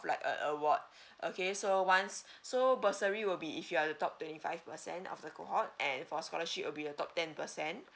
like a award okay so once so bursary will be if you are top twenty five percent of the cohort and for scholarship will be the top ten percent